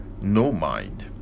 no-mind